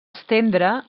estendre